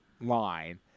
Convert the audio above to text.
line